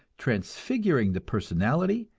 transfiguring the personality,